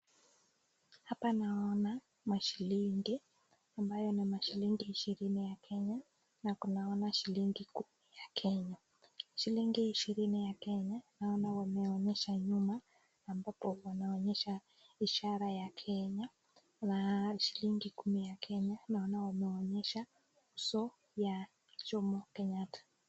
Naona mashilingi ambayo ni mashilingi ishirini ya Kenya na kuna shilingi kumi ya Kenya. Shilingi ishirini ya Kenya naona wameonyesha nyuma ambapo wanaonyesha ishara ya Kenya. Na shilingi kumi ya Kenya naona wameonyesha uso ya Jomo Kenyatta.